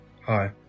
Hi